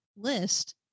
list